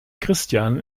christian